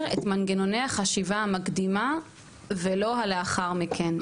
את מנגנוני החשיבה המקדימה ולא הלאחר מכן.